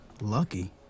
Lucky